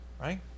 right